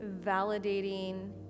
validating